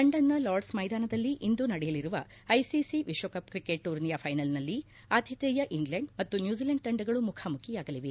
ಲಂಡನ್ನ ಲಾರ್ಡ್ಸ್ ಮೈದಾನದಲ್ಲಿ ಇಂದು ನಡೆಯಲಿರುವ ಐಸಿಸಿ ವಿಶ್ವಕಪ್ ಕ್ರಿಕೆಟ್ ಟೂರ್ನಿಯ ಫೈನಲ್ನಲ್ಲಿ ಅತಿಥೇಯ ಇಂಗ್ಲೆಂಡ್ ಮತ್ತು ನ್ಯೂಜಿಲೆಂಡ್ ತಂಡಗಳು ಮುಖಾಮುಖಿಯಾಗಲಿದೆ